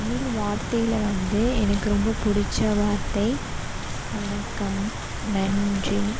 தமிழ் வார்த்தையில் வந்து எனக்கு ரொம்ப பிடிச்ச வார்த்தை வணக்கம் நன்றி